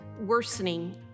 worsening